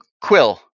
quill